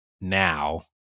now